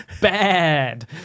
bad